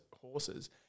horses